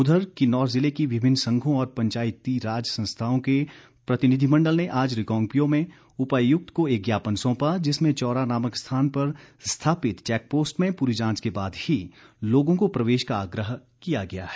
उधर किन्नौर जिले की विभिन्न संघों और पंचायतीराज संस्थाओं के प्रतिनिधिमंडल ने आज रिकांगपिओ में उपायुक्त को एक ज्ञापन सौंपा जिसमें चौरा नामक स्थान पर स्थापित चैकपोस्ट में पूरी जांच के बाद ही लोगों को प्रवेश का आग्रह किया गया है